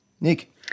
Nick